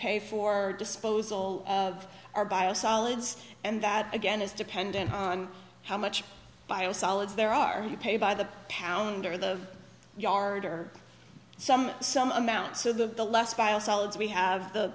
pay for disposal of our biosolids and that again is dependent on how much biosolids there are you pay by the pound or the yard or some some amount so that the less vile solids we have the